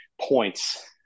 points